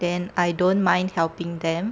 then I don't mind helping them